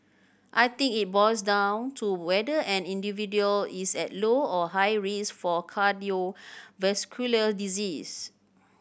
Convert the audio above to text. I think it boils down to whether an individual is at low or high risk for cardiovascular disease